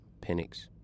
Penix